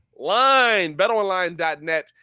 BetOnline.net